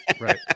right